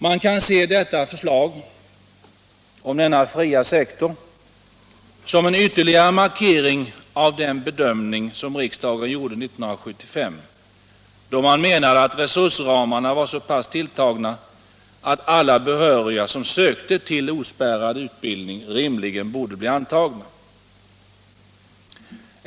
Man kan se förslaget om denna fria sektor som en ytterligare markering av den bedömning som riksdagen gjorde år 1975, då man ansåg att resursramarna var så pass väl tilltagna att alla behöriga som sökte till ospärrad utbildning rimligen borde bli antagna.